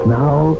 now